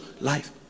life